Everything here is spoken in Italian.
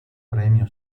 premio